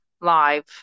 live